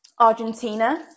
Argentina